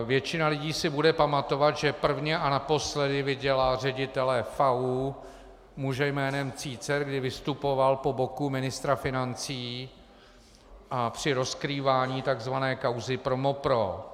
Většina lidí si bude pamatovat, že prvně a naposledy viděla ředitele FAÚ, muže jménem Cícer, kdy vystupoval po boku ministra financí při rozkrývání tzv. kauzy ProMoPro.